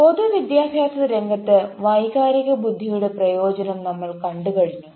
പൊതു വിദ്യാഭ്യാസ രംഗത്ത് വൈകാരിക ബുദ്ധിയുടെ പ്രയോജനം നമ്മൾ കണ്ടു കഴിഞ്ഞു